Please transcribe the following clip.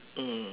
mm